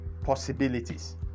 possibilities